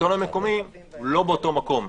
השלטון המקומי הוא לא באותו מקום.